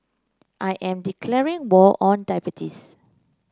I am declaring war on diabetes